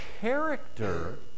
character